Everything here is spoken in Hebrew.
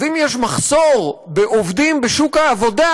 אז אם יש מחסור בעובדים בשוק העבודה,